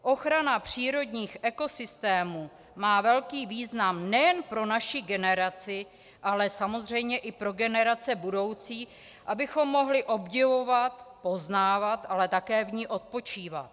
Ochrana přírodních ekosystémů má velký význam nejen pro naši generaci, ale samozřejmě i pro generace budoucí, abychom mohli obdivovat, poznávat, ale také v ní odpočívat.